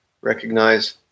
recognize